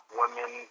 women